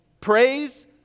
Praise